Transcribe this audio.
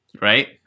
Right